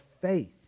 faith